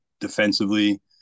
defensively